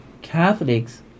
Catholics